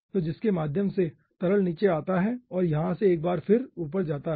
तो जिसके माध्यम से तरल नीचे आता है और यहाँ से यह एक बार फिर ऊपर जाता है